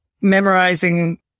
Memorizing